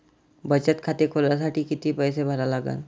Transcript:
बचत खाते खोलासाठी किती पैसे भरा लागन?